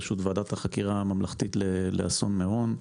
עמדה בראשות ועדת החקירה הממלכתית לחקר אסון מירון.